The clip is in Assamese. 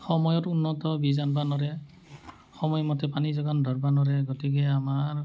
সময়ত উন্নত বীজ আনিব নোৱাৰে সময়মতে পানী যোগান ধৰিব নোৱাৰে গতিকে আমাৰ